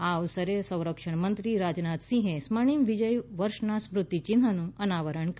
આ અવસરે સંરક્ષણમંત્રી રાજનાથસિંહે સ્વર્ણિમ વિજય વર્ષના સ્મૃતિ ચિન્હનું અનાવરણ કર્યું